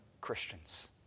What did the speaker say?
Christians